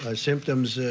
ah symptoms,